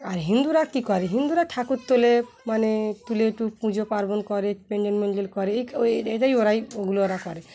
আর হিন্দুরা কী করে হিন্দুরা ঠাকুর তোলে মানে তুলে একটু পুজো পার্বণ করে পেঞ্জন মেঞ্জল করে এই এটাই ওরাই ওগুলো ওরা করে